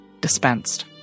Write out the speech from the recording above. dispensed